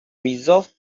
resolved